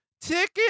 ticket